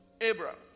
Abraham